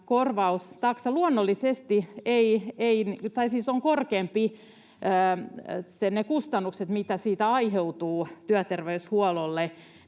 myöskin luonnollisesti ovat korkeammat ne kustannukset, joita siitä aiheutuu työterveyshuollolle.